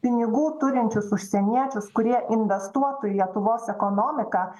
pinigų turinčius užsieniečius kurie investuotų į lietuvos ekonomiką